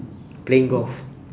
playing golf